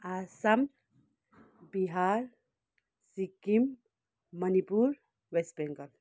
Assam Bihar Sikkim Manipur West Bengal